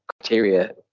criteria